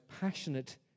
passionate